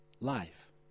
life